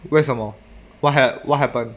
为什么 what ha~ what happen